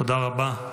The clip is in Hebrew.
תודה רבה.